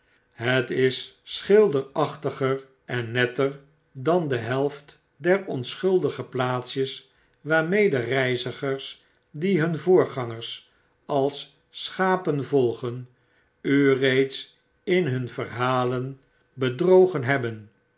het is schilderachtiger en netter dan de helft der onschuldige plaatsjes waarmede reizigers die hun voorgangers als schapen volgen u reeds in hun verhalen bedrogen hebben